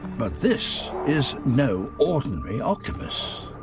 but this is no ordinary octopus.